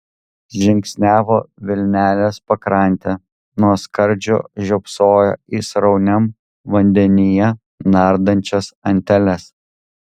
žingsniavo vilnelės pakrante nuo skardžio žiopsojo į srauniam vandenyje nardančias anteles